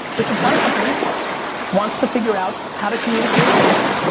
this entire company wants to figure out how to communicate on this.